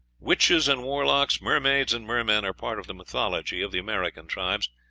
witches and warlocks, mermaids and mermen, are part of the mythology of the american tribes,